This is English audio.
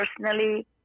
Personally